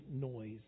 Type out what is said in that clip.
noise